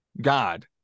God